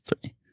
three